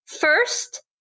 First